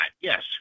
Yes